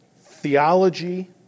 theology